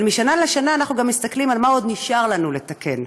אבל משנה לשנה אנחנו מסתכלים גם על מה שנשאר לנו לתקן.